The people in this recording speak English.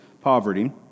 poverty